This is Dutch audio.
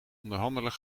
onderhandelen